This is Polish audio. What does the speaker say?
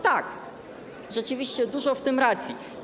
Tak, rzeczywiście dużo w tym racji.